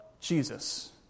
Jesus